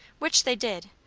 which they did,